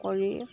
কৰি